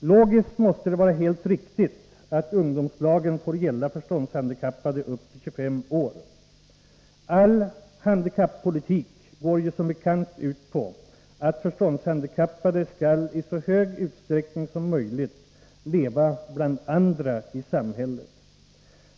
Logiskt måste det vara helt riktigt att ungdomslagen får gälla förståndshandikappade upp till 25 år. All handikappolitik går ju som bekant ut på att förståndshandikappade skall i så stor utsträckning som möjligt leva bland andra i samhället.